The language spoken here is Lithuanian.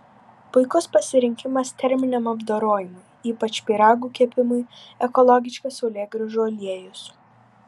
puikus pasirinkimas terminiam apdorojimui ypač pyragų kepimui ekologiškas saulėgrąžų aliejus